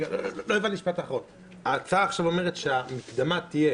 כלומר ההצעה אומרת שהמקדמה תהיה